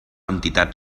entitat